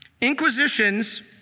Inquisitions